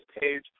page